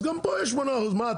אז גם פה יהיה 8%. מה?